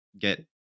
get